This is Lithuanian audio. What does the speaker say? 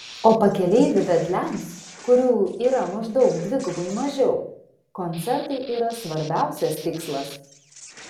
o pakeleivių vedliams kurių yra maždaug dvigubai mažiau koncertai yra svarbiausias tikslas